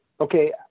okay